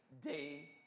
day